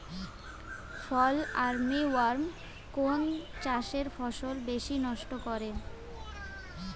ফল army worm কোন চাষের ফসল বেশি নষ্ট করে?